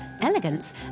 elegance